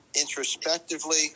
introspectively